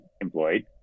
employed